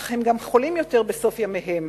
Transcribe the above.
אך הם גם חולים יותר בסוף ימיהם.